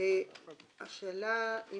השאלה אם